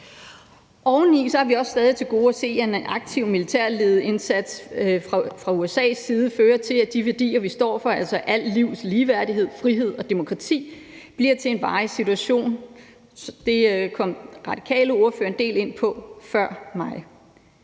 Oven i det har vi også stadig til gode at se, at en aktiv militærindsats ledet fra USA's side fører til, at de værdier, vi står for, altså alt livs ligeværdighed, frihed og demokrati, bliver til en varig situation. Det kom den radikale ordfører en del ind på før mig.